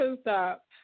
stop